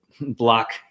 block